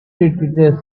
teaches